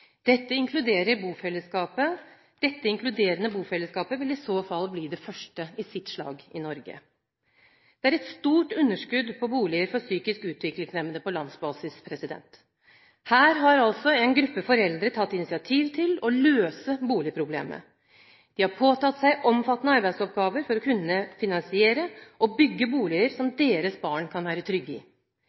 Dette inkluderende bofellesskapet vil i så fall bli det første i sitt slag i Norge. Det er et stort underskudd på boliger for psykisk utviklingshemmede på landsbasis. Her har altså en gruppe foreldre tatt initiativ til å løse boligproblemet, de har påtatt seg omfattende arbeidsoppgaver for å kunne finansiere og bygge boliger som deres barn kan være trygge i.